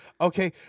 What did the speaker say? Okay